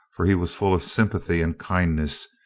for he was full of sympathy and kindness,